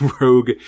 Rogue